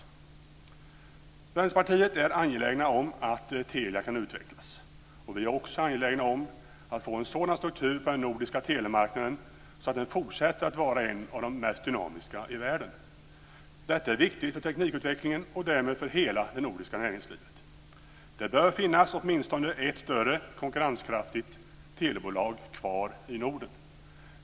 Vi i Vänsterpartiet är angelägna om att Telia kan utvecklas, och vi är också angelägna om att få en sådan struktur på den nordiska telemarknaden att den fortsätter att vara en av de mest dynamiska i världen. Detta är viktigt för teknikutvecklingen och därmed för hela det nordiska näringslivet. Det bör finnas åtminstone ett större konkurrenskraftigt telebolag kvar i Norden.